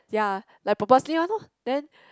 ya like purposely one lor then